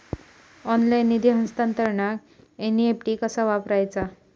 Online निधी हस्तांतरणाक NEFT कसा वापरायचा?